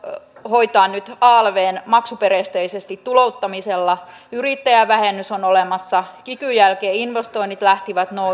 hoitaa nyt alvn maksuperusteisesti tulouttamisella yrittäjävähennys on olemassa kikyn jälkeen investoinnit lähtivät